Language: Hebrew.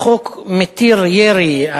החוק מתיר ירי,